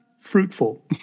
fruitful